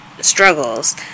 struggles